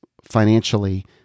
financially